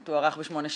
או תוארך בשמונה שנים,